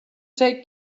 take